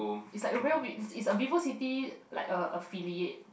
is like a real vi~ is a Vivo-City is like affiliate